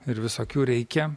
ir visokių reikia